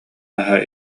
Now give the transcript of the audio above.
наһаа